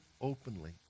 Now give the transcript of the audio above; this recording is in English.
openly